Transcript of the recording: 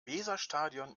weserstadion